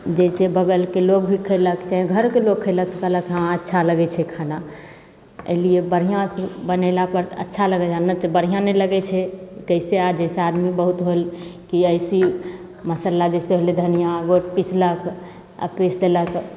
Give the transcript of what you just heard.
जइसे बगलके लोग भी खयलक चाहे घरके लोग खयलक तऽ कहलक हँ अच्छा लगैत छै खाना एहि लिए बढ़िआँ से बनेला पर अच्छा लगल नहि तऽ बढ़िआँ नहि लगैत छै कैसे आज जैसे आदमी बहुत होल की एहिसे ही मसाला जैसे होलै धनिया गोट पीसलक आ पिस देलक